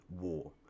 war